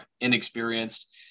inexperienced